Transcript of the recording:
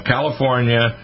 California